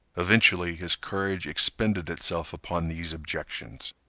eventually, his courage expended itself upon these objections.